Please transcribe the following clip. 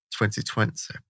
2020